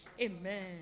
Amen